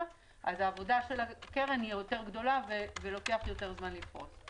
אז העבודה של הקרן גדולה יותר ולוקח יותר זמן לפרוס.